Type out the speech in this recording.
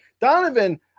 Donovan